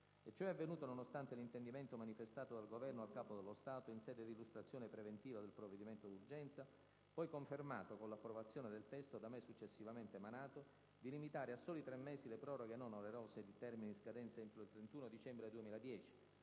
ciò è avvenuto nonostante l'intendimento manifestato dal Governo al Capo dello Stato in sede di illustrazione preventiva del provvedimento d'urgenza, poi confermato con l'approvazione del testo da me successivamente emanato, di limitare a soli tre mesi le proroghe non onerose di termini in scadenza entro il 31 dicembre 2010,